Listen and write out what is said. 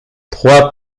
trois